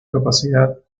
capacidad